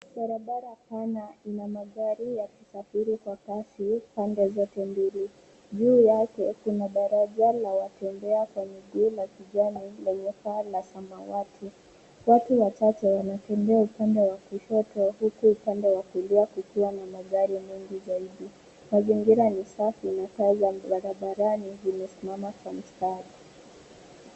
Barabara pana ina magari yakisafiri kwa kasi, pande zote mbili. Juu yake kuna daraja la watembea kwa miguu la kijani lenye paa la samawati. Watu wachache wanatembea upande wa kushoto huku upande wa kulia kukiwa na magari mengi zaidi. Mazingira ni safi na taa za barabarani zimesimama kwa mstari.